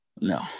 No